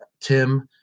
Tim